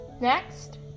Next